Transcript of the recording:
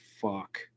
fuck